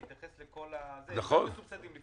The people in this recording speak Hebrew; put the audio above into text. להתייחס לכל הלא מסובסדים,